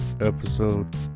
episode